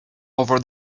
over